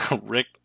Rick